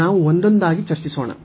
ನಾವು ಒಂದೊಂದಾಗಿ ಚರ್ಚಿಸೋಣ